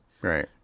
Right